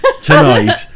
tonight